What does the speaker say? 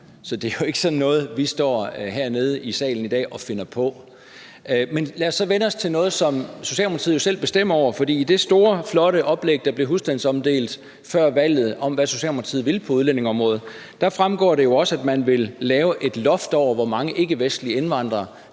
Så det er jo ikke sådan noget, vi står hernede i salen i dag og finder på. Men lad os så vende os til noget, som Socialdemokratiet jo selv bestemmer over, for i det store, flotte oplæg, der blev husstandsomdelt før valget, om, hvad Socialdemokratiet vil på udlændingeområdet, fremgår det også, at man vil lave et loft over, hvor mange ikkevestlige indvandrere